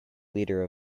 leader